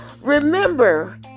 Remember